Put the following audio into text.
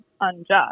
unjust